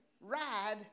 ride